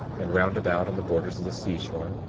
and round about on the borders of the seashore,